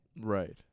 Right